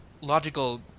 logical